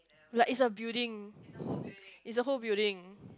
like it's a building it's a whole building